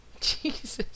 Jesus